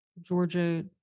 Georgia